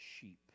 sheep